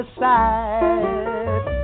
side